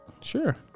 Sure